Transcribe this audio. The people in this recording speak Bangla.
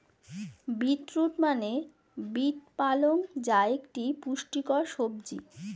বীট রুট মানে বীট পালং যা একটি পুষ্টিকর সবজি